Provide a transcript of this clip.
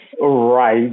Right